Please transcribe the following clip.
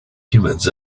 humans